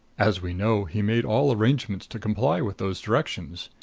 as we know, he made all arrangements to comply with those directions.